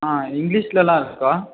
ஆ இங்கிலீஷ்லலாம் இருக்கா